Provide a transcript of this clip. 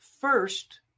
First